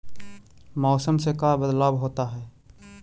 मौसम से का बदलाव होता है?